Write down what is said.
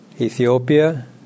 Ethiopia